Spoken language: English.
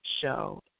show